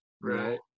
Right